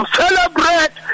celebrate